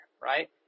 right